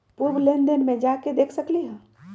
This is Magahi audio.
पूर्व लेन देन में जाके देखसकली ह?